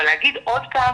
אבל להגיד עוד פעם